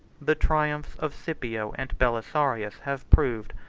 the triumphs of scipio and belisarius have proved,